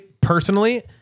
personally